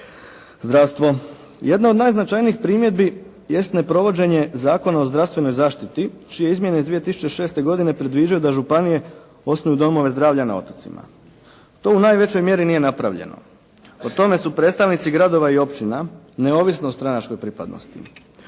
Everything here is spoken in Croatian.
Zdravstvo. Jedna od najznačajnijih primjedbi jest neprovođenje Zakona o zdravstvenoj zaštiti čije izmjene iz 2006. godine predviđaju da županije osnuju domove zdravlja na otocima. To u najvećoj mjeri nije napravljeno. O tome su predstavnici gradova i općina, neovisno o stranačkoj pripadnosti